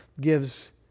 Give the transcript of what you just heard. gives